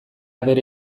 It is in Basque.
bere